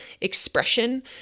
expression